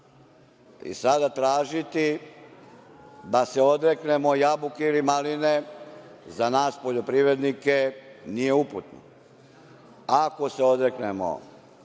Sad, tražiti da se odreknemo jabuke ili maline, za nas poljoprivrednike nije uputno. Ako se odreknemo